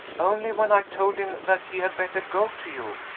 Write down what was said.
only when i told him that he had better go to you.